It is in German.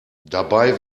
dabei